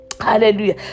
Hallelujah